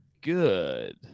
good